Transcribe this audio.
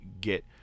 get